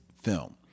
film